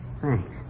Thanks